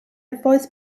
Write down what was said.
voice